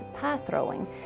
pie-throwing